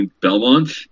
Belmont